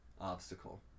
obstacle